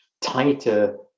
tighter